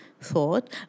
thought